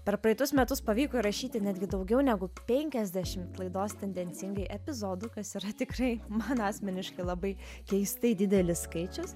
per praeitus metus pavyko įrašyti netgi daugiau negu penkiasdešimt laidos tendencingai epizodų kas yra tikrai man asmeniškai labai keistai didelis skaičius